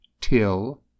till